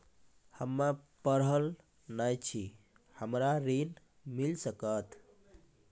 हम्मे पढ़ल न छी हमरा ऋण मिल सकत?